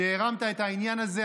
שהרמת את העניין הזה.